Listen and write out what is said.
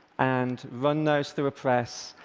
and run those through a press,